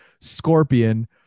Scorpion